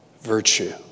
virtue